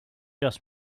just